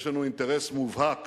יש לנו אינטרס מובהק